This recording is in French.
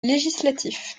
législatif